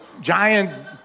giant